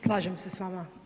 Slažem se s vama.